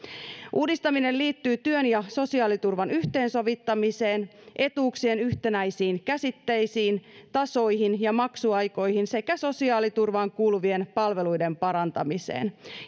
uudistaminen liittyy työn ja sosiaaliturvan yhteensovittamiseen etuuksien yhtenäisiin käsitteisiin tasoihin ja maksuaikoihin sekä sosiaaliturvaan kuuluvien palveluiden parantamiseen